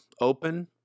open